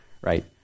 right